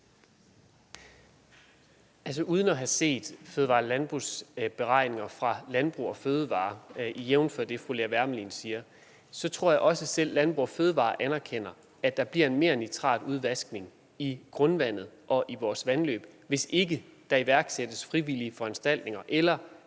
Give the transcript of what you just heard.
uden at have set fødevare- og landbrugsberegninger fra Landbrug & Fødevarer, jævnfør det, fru Lea Wermelin siger, så tror jeg også, at selv Landbrug & Fødevarer erkender, at der bliver en mernitratudvaskning i grundvandet og i vores vandløb, hvis ikke der iværksættes frivillige foranstaltninger eller faste